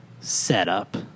setup